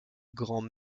grands